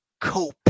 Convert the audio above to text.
Cope